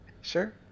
Sure